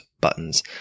buttons